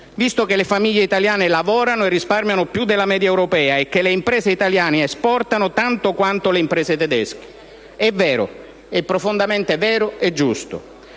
visto che le famiglie italiane lavorano e risparmiano più della media europea e che le imprese italiane esportano tanto quanto le imprese tedesche. È vero, è profondamente vero e giusto.